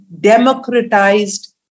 democratized